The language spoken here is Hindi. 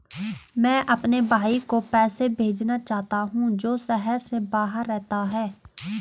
मैं अपने भाई को पैसे भेजना चाहता हूँ जो शहर से बाहर रहता है